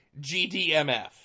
GDMF